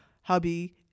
hubby